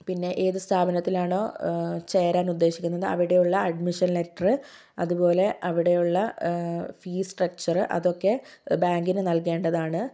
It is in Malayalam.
പിന്നെ ഏത് സ്ഥാപനത്തിലാണോ ചേരാൻ ഉദ്ദേശിക്കുന്നത് അവിടെയുള്ള അഡ്മിഷൻ ലെറ്റെറ് അതുപോലെ അവിടെയുള്ള ഫീസ് സ്ട്രക്ചറ് അതൊക്കെ ബാങ്കിന് നൽകേണ്ടതാണ്